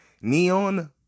Neon